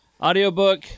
audiobook